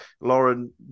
Lauren